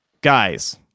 Guys